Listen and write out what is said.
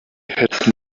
had